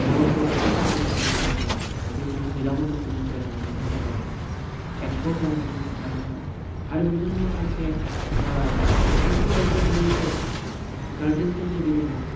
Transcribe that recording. भारत बरदार माखासे जों बेखौ नुनो मोनो दा बे हिसाबै भैराखन्द'खौ जों बेरायनांगौनि जायगा दं एक्सप्लर खालामनांगौनि खोथा दङ आरो बेबायदिनो माखासे एग्रिकालसार रिलेटेट गार्देनफोर जेरै दङ